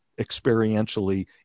experientially